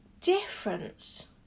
difference